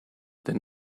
than